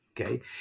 Okay